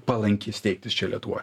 palanki steigtis čia lietuvoj